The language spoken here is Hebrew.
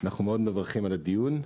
אנחנו מאוד מברכים על הדיון.